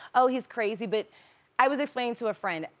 oh, he's crazy. but i was explaining to a friend.